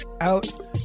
out